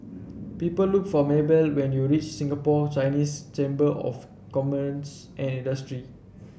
people look for Mabell when you reach Singapore Chinese Chamber of Commerce and Industry